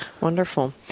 Wonderful